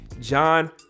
John